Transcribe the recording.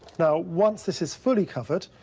now, once this is fully covered,